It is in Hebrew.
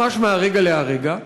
ממש מהרגע להרגע,